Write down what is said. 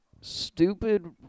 stupid